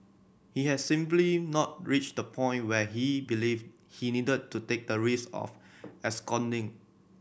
he had simply not reached the point where he believed he needed to take the risk of absconding